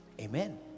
amen